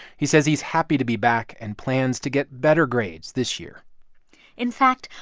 he says he's happy to be back and plans to get better grades this year in fact,